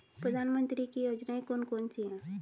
प्रधानमंत्री की योजनाएं कौन कौन सी हैं?